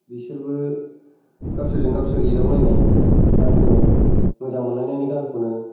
बिसोरबो गावसोरजों गावसोर एदावलायनाय गान खनो मोजां मोनलायनायनि गान खनो